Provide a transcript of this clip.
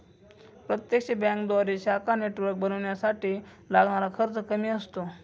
प्रत्यक्ष बँकेद्वारे शाखा नेटवर्क बनवण्यासाठी लागणारा खर्च कमी असतो